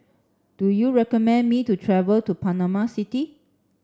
do you recommend me to travel to Panama City